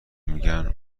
میگن